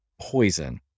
poison